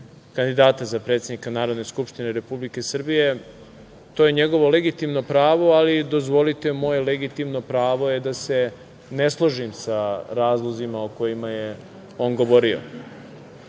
kandidata za predsednika Narodne skupštine Republike Srbije. To je njegovo legitimno pravo, ali dozvolite, moje legitimno pravo je da se ne složim sa razlozima o kojima je on govorio. Govorio